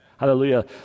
Hallelujah